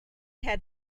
had